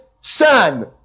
son